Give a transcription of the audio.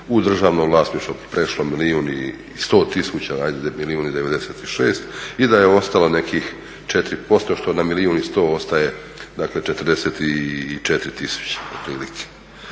u državno vlasništvo prešlo milijun i 100 tisuća, ajde milijun i 96 i da je ostalo nekih 4% što na milijun i 100 ostaje dakle 44 tisuće